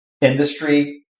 industry